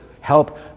help